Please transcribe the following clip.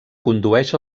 condueix